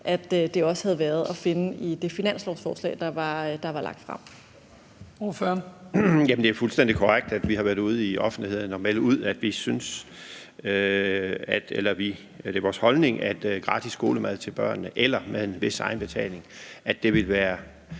at det også havde været at finde i det finanslovsforslag, der er fremsat.